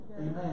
Amen